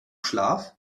schlaf